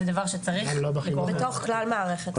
זה דבר שצריך --- בתוך כלל מערכת החינוך.